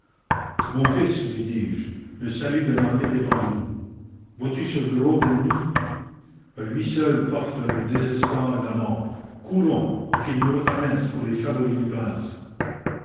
mon fils lui dis-je le salut de l'armée dépend de nous vois-tu ce gros d'ennemi lui seul porte le désespoir et la mort courons et qu'il nous reconnaisse pour les favoris du prince